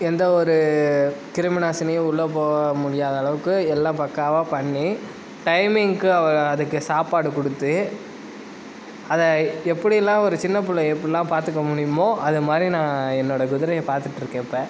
எந்த ஒரு கிருமிநாசினியும் உள்ளே போக முடியாத அளவுக்கு எல்லாம் பக்காவாக பண்ணி டைமிங்க்கு அதுக்கு சாப்பாடு கொடுத்து அதை எப்படியெல்லாம் ஒரு சின்ன பிள்ளய எப்படியல்லாம் பார்த்துக்க முடியுமோ அது மாதிரி நான் என்னோடய குதிரையை பார்த்துட்டு இருக்கேன் இப்போ